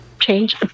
Change